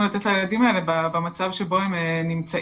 לתת לילדים האלה במצב שבו הם נמצאים.